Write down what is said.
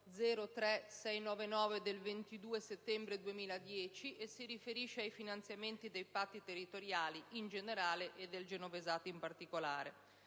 del 22 settembre 2010, e si riferisce al finanziamento dei patti territoriali, in generale, e del genovese, in particolare.